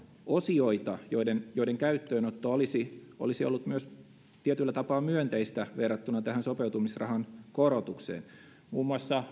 osioita joiden joiden käyttöönotto olisi olisi ollut myös tietyllä tapaa myönteistä verrattuna tähän sopeutumisrahan korotukseen muun muassa